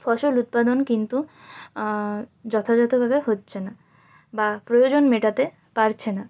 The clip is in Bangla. ফসল উৎপাদন কিন্তু যথাযথভাবে হচ্ছে না বা প্রয়োজন মেটাতে পারছে না